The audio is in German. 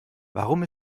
warum